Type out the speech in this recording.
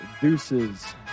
deuces